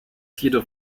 jedoch